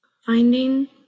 finding